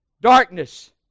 Darkness